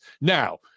Now